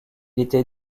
était